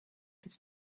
this